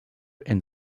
and